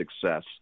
success